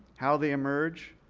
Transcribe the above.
how they emerge,